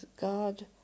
God